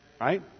Right